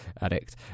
addict